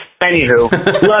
Anywho